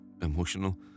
emotional